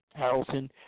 Harrelson